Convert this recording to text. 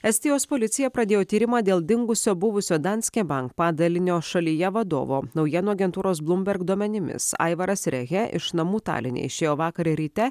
estijos policija pradėjo tyrimą dėl dingusio buvusio danske bank padalinio šalyje vadovo naujienų agentūros bloomberg duomenimis aivaras rehe iš namų taline išėjo vakar ryte